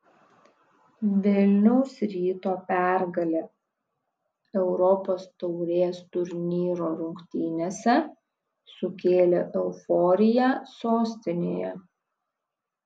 vilniaus ryto pergalė europos taurės turnyro rungtynėse sukėlė euforiją sostinėje